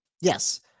yes